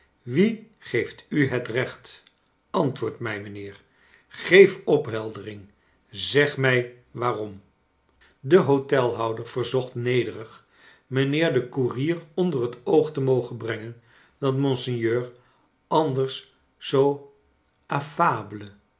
wie geeft n het recht antwoord mij mijnheer geef opheldering zeg mij waarom i de hotelhouder verzocht nederig mijnheer den koerier onder het oog te mogen brengen dat monseigneur anders zoo affable